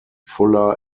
fuller